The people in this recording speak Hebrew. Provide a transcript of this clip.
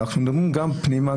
גם פנימה,